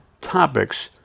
topics